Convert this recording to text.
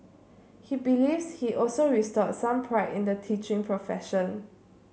he believes he also restored some pride in the teaching profession